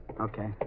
Okay